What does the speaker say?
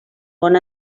món